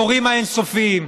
בתורים האין-סופיים,